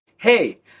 Hey